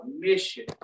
mission